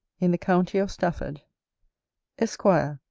in the county of stafford esquire,